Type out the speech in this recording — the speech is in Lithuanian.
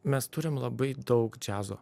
mes turim labai daug džiazo